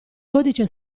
codice